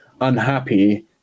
unhappy